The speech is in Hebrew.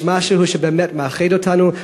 יש משהו שבאמת מאחד אותנו,